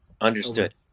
Understood